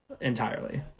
entirely